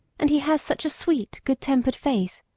and he has such a sweet, good-tempered face,